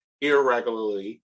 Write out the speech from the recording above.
irregularly